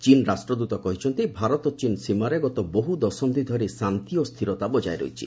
ଚୀନ ରାଷ୍ଟ୍ରଦୂତ କହିଛନ୍ତି ଭାରତ ଚୀନ ସୀମାରେ ଗତ ବହୁଦଶନ୍ଧି ଧରି ଶାନ୍ତି ଓ ସ୍ଥିରତା ବଜାୟ ରହିଛି